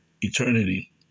eternity